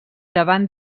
davant